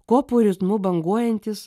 kopų ritmu banguojantys